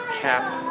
cap